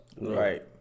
right